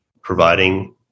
providing